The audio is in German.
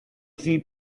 sie